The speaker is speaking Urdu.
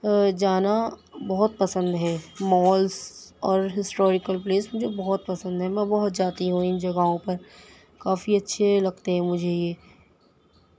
جانا بہت پسند ہے مولس اور ہسٹوریکل پلیس مجھے بہت پسند ہیں میں بہت جاتی ہوں ان جگہوں پر کافی اچھے لگتے ہیں مجھے یہ